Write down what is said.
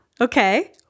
Okay